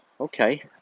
okay